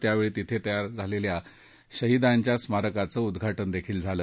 यावेळी तिथं तयार केलेल्या शहीदांच्या स्मारकाचं उद्घाटन झालं